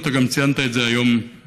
ואתה גם ציינת את זה היום בכנס,